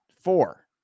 Four